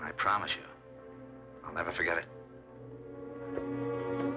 i promise you i'll never forget it